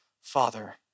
father